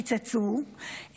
קיצצו,